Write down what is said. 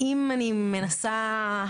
אם אני מנסה